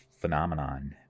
phenomenon